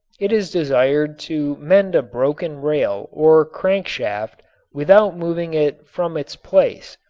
it is desired to mend a broken rail or crank shaft without moving it from its place,